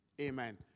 Amen